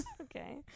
Okay